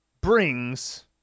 brings